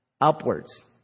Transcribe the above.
Upwards